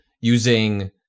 using